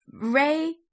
Ray